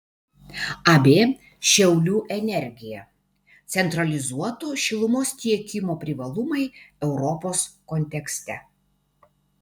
ab šiaulių energija centralizuoto šilumos tiekimo privalumai europos kontekste